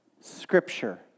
Scripture